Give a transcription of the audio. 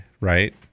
right